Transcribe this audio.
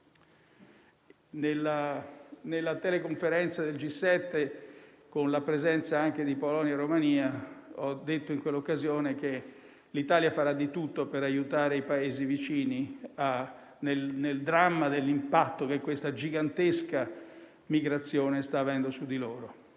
della teleconferenza del G7, con la presenza anche di Polonia e Romania, ho detto che l'Italia farà di tutto per aiutare i Paesi vicini nel dramma dell'impatto che questa gigantesca migrazione sta avendo su di loro